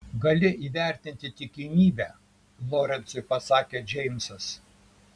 gali įvertinti tikimybę lorencui pasakė džeimsas